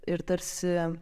ir tarsi